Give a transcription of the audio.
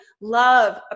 love